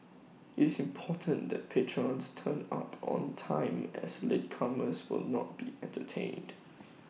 IT is important that patrons turn up on time as latecomers will not be entertained